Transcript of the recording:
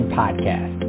podcast